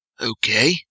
Okay